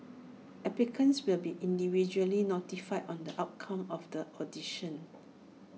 applicants will be individually notified on the outcome of the audition